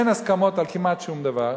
אין הסכמות כמעט על שום דבר,